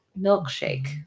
milkshake